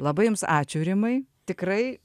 labai jums ačiū rimai tikrai